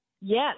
Yes